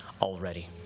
already